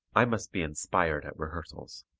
i must be inspired at rehearsals.